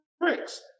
bricks